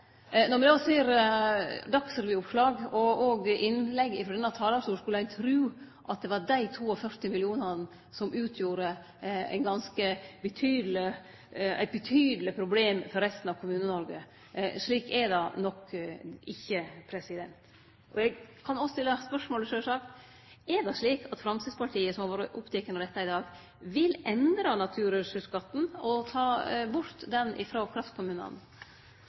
Når me òg ser dagsrevyoppslag og innlegg frå denne talarstolen, skulle ein tru at det var dei 42 mill. kr som utgjorde eit betydeleg problem for resten av Kommune-Noreg. Slik er det nok ikkje. Eg kan òg stilla spørsmålet, sjølvsagt: Er det slik at Framstegspartiet, som har vore oppteke av dette i dag, vil endre naturressursskatten og ta han bort